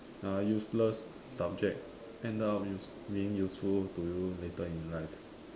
ah useless subject end up use being useful to you later in life